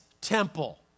temple